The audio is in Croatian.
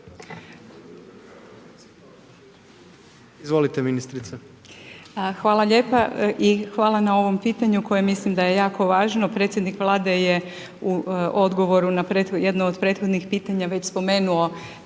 Marija (HDZ)** Hvala lijepa i hvala na ovom pitanju koje mislim da je jako važno. Predsjednik Vlade je u odgovoru na jedno od prethodnih pitanja već spomenuo